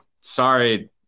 sorry